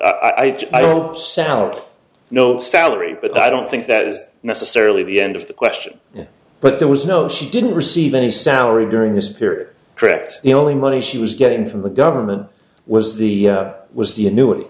just i don't sound no salary but i don't think that is necessarily the end of the question but there was no she didn't receive any salary during this period correct you know only money she was getting from the government was the was the annuity